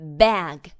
bag